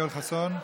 יואל חסון,